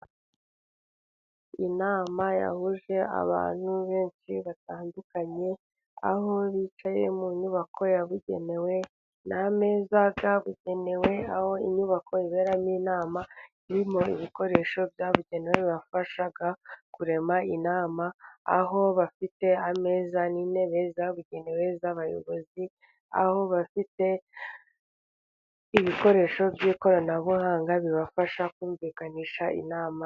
Inama yahuje abantu benshi batandukanye, aho bicaye mu nyubako yabugenewe, n'ameza yabugenewe, aho inyubako iberamo inama, irimo ibikoresho byabugenewe, bibafasha kurema inama, aho bafite ameza n'intebe zabugenewe z'abayobozi, aho bafite ibikoresho by'ikoranabuhanga, bibafasha kumvikanisha inama.